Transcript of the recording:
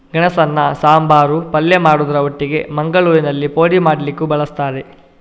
ಗೆಣಸನ್ನ ಸಾಂಬಾರು, ಪಲ್ಯ ಮಾಡುದ್ರ ಒಟ್ಟಿಗೆ ಮಂಗಳೂರಿನಲ್ಲಿ ಪೋಡಿ ಮಾಡ್ಲಿಕ್ಕೂ ಬಳಸ್ತಾರೆ